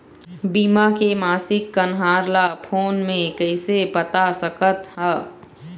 बीमा के मासिक कन्हार ला फ़ोन मे कइसे पता सकत ह?